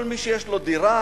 כל מי שיש לו דירה,